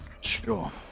Sure